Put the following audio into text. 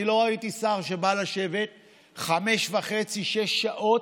אני לא ראיתי שר שבא לשבת חמש וחצי-שש שעות,